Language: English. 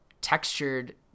textured